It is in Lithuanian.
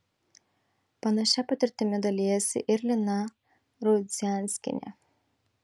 panašia patirtimi dalijasi ir lina rudzianskienė